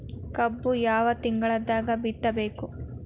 ಕಬ್ಬು ಯಾವ ತಿಂಗಳದಾಗ ಬಿತ್ತಬೇಕು?